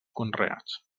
conreats